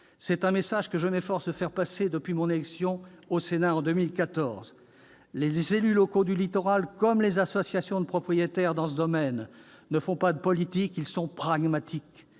C'est un message que je m'efforce de faire passer depuis mon élection au Sénat en 2014. Les élus locaux du littoral comme les associations de propriétaires dans ce domaine ne font pas de politique, ils sont pragmatiques